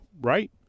Right